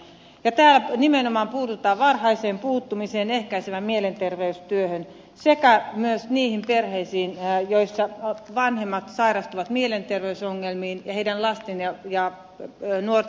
täällä nimenomaan puututaan varhaiseen puuttumiseen ehkäisevään mielenterveystyöhön sekä myös niihin perheisiin joissa vanhemmat sairastuvat mielenterveysongelmiin ja heidän lastensa ja nuortensa hyvinvointiin